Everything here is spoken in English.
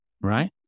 right